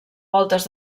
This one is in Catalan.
voltes